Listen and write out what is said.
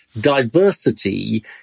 diversity